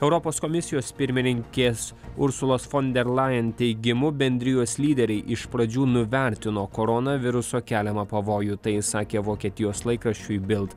europos komisijos pirmininkės ursulos fon der lajen teigimu bendrijos lyderiai iš pradžių nuvertino koronaviruso keliamą pavojų tai sakė vokietijos laikraščiui bild